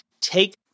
take